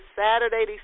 Saturday